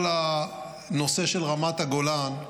לנושא של רמת הגולן,